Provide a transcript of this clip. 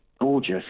gorgeous